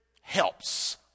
helps